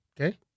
Okay